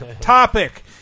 topic